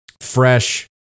fresh